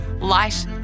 Light